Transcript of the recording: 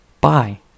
Bye